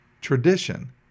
tradition